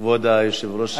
כבוד היושב-ראש של ועדת הכספים.